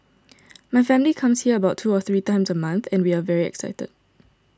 my family comes here about two or three times a month and we are very excited